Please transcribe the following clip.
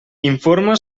informa